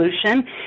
solution